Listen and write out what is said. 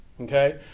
Okay